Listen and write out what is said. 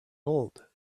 old